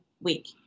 week